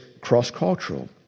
cross-cultural